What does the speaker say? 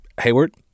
Hayward